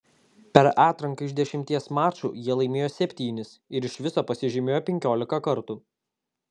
per atranką iš dešimties mačų jie laimėjo septynis ir iš viso pasižymėjo penkiolika kartų